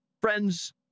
Friends